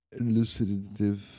elucidative